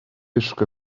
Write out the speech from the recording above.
عشق